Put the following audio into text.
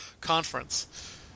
conference